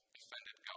offended